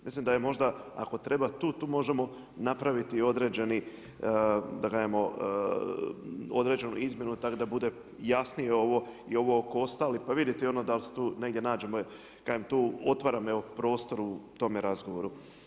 Mislim da je možda, ako treba tu tu možemo napraviti određeni da kažemo, određenu izmjenu tako da bude jasnije ovo i ovo oko ostalih pa vidjeti ono da li se tu negdje nađemo, kažem tu otvaram prostor u tome razgovoru.